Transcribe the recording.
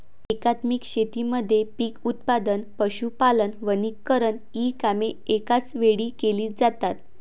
एकात्मिक शेतीमध्ये पीक उत्पादन, पशुपालन, वनीकरण इ कामे एकाच वेळी केली जातात